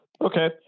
okay